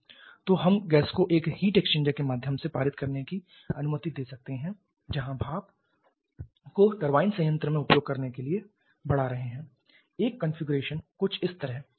तो हम गैस को एक हीट एक्सचेंजर के माध्यम से पारित करने की अनुमति दे सकते हैं जहां हम भाप को टरबाइन संयंत्र में उपयोग करने के लिए बढ़ा रहे हैं एक कॉन्फ़िगरेशन कुछ इस तरह